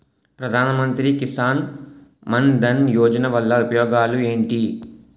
ప్రధాన మంత్రి కిసాన్ మన్ ధన్ యోజన వల్ల ఉపయోగాలు ఏంటి?